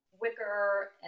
wicker